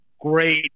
Great